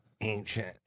ancient